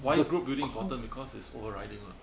why your group building important because it's overriding [what]